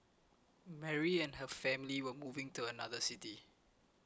Mary and her family were moving to another city